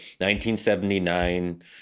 1979